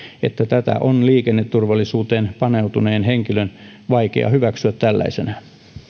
että tätä on liikenneturvallisuuteen paneutuneen henkilön vaikea hyväksyä tällaisena